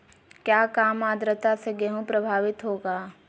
क्या काम आद्रता से गेहु प्रभाभीत होगा?